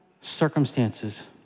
circumstances